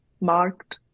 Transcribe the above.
marked